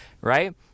right